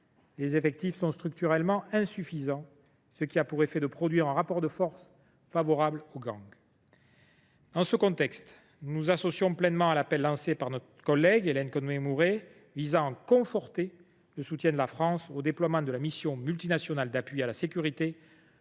les effectifs sont structurellement insuffisants, ce qui crée un rapport de force favorable aux gangs. Dans ce contexte, nous nous associons pleinement à l’appel lancé par notre collègue Hélène Conway Mouret visant à conforter le soutien de la France au déploiement de la mission multinationale d’appui à la sécurité